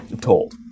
told